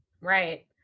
Right